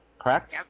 Correct